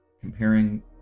Comparing